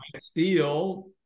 Steel